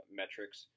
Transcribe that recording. metrics